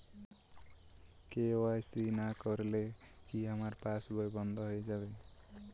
KYC না করলে কি আমার পাশ বই বন্ধ হয়ে যাবে?